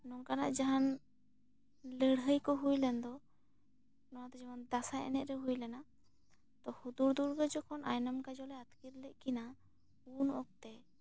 ᱱᱚᱝᱠᱟᱱᱟᱜ ᱡᱟᱦᱟᱱ ᱞᱟᱹᱲᱦᱟᱹᱭ ᱠᱚ ᱦᱩᱭ ᱞᱮᱱ ᱫᱚ ᱚᱱᱟ ᱫᱚ ᱡᱮᱢᱚᱱ ᱫᱟᱥᱟᱸᱭ ᱮᱱᱮᱡ ᱨᱮ ᱦᱩᱭ ᱞᱮᱱᱟ ᱛᱚ ᱦᱩᱛᱩᱲ ᱫᱩᱨᱜᱚ ᱡᱚᱠᱷᱚᱱ ᱟᱭᱱᱚᱢ ᱠᱟᱡᱚᱞ ᱮ ᱟᱛᱠᱤᱨ ᱞᱮᱫ ᱠᱤᱱᱟᱹ ᱩᱱ ᱚᱠᱛᱮ